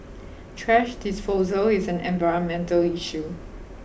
thrash disposal is an environmental issue